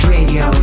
Radio